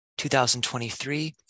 2023